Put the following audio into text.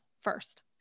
first